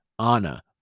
Anna